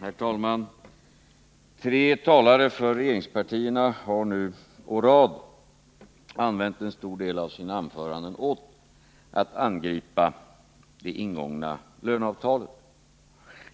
Herr talman! Tre talare i rad för regeringspartierna har nu använt en stor del av sina anföranden åt att angripa det ingångna löneavtalet.